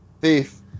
Thief